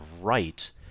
right